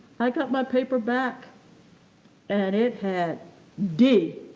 i got my paper back and it had d